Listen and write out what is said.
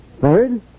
Third